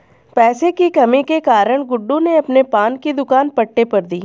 पैसे की कमी के कारण गुड्डू ने अपने पान की दुकान पट्टे पर दी